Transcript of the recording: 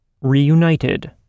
Reunited